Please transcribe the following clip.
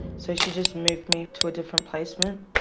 so she just moved me to a different placement.